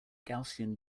gaussian